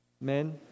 men